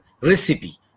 recipe